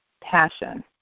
passion